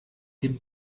dem